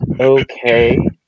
okay